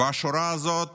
והשורה הזאת